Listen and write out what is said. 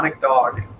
Dog